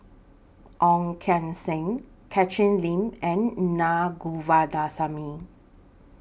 Ong Keng Sen Catherine Lim and Naa Govindasamy